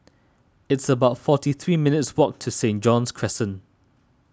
it's about forty three minutes' walk to Saint John's Crescent